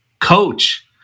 coach